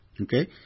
Okay